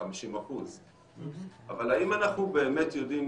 50%. אבל האם אנחנו באמת יודעים